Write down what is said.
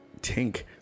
Tink